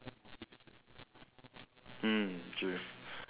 mm true